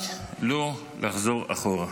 רק לא לחזור אחורה.